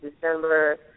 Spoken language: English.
December